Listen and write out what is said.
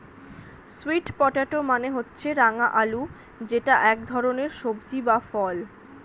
sweet potato মানে হচ্ছে রাঙা আলু যেটা এক ধরনের সবজি বা ফল